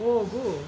ಹೋಗು